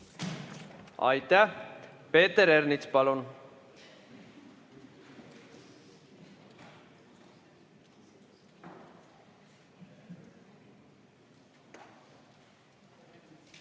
Aitäh! Peeter Ernits, palun!